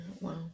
wow